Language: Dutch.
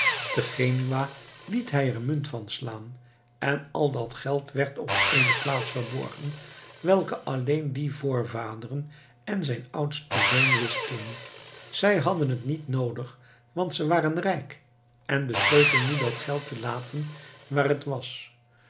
te genua liet hij er munt van slaan en al dat geld werd op eene plaats verborgen welke alleen die voorvaderen en zijn oudste zoon wisten zij hadden het niet noodig want ze waren rijk en besloten nu dat geld te laten waar het was